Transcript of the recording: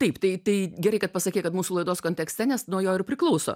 taip tai tai gerai kad pasakei kad mūsų laidos kontekste nes nuo jo ir priklauso